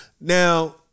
Now